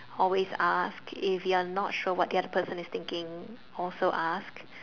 always ask if you're not sure what the other person is thinking also ask